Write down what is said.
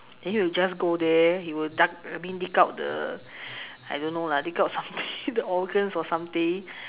then he'll just go there he will dug I mean dig out the I don't know lah dig out something the organs or something